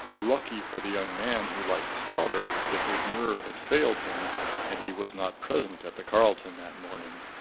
lucky for the young man who liked strawberries that his nerve had failed him and he was not present at the carlton that morning!